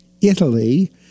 Italy